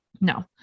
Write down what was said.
No